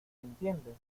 entiendes